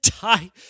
die